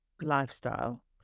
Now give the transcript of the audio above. lifestyle